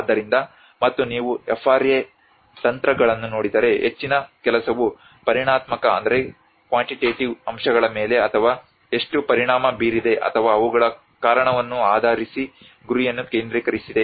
ಆದ್ದರಿಂದ ಮತ್ತು ನೀವು FRA ತಂತ್ರಗಳನ್ನು ನೋಡಿದರೆ ಹೆಚ್ಚಿನ ಕೆಲಸವು ಪರಿಮಾಣಾತ್ಮಕ ಅಂಶಗಳ ಮೇಲೆ ಅಥವಾ ಎಷ್ಟು ಪರಿಣಾಮ ಬೀರಿದೆ ಅಥವಾ ಅವುಗಳ ಕಾರಣವನ್ನು ಆಧರಿಸಿ ಗುರಿಯನ್ನು ಕೇಂದ್ರೀಕರಿಸಿದೆ